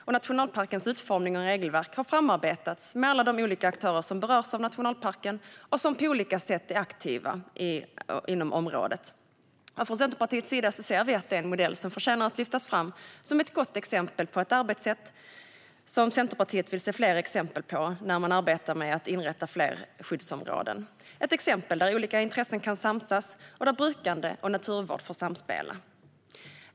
Och nationalparkens utformning och regelverk har framarbetats med alla de olika aktörer som berörs av nationalparken och som på olika sätt är aktiva inom området. Från Centerpartiets sida ser vi att det är en modell som förtjänar att lyftas fram som ett gott exempel. Det är ett arbetssätt som Centerpartiet vill se fler exempel på när man arbetar med att inrätta fler skyddsområden. Det är ett exempel där olika intressen kan samsas och där brukande och naturvård får samspela.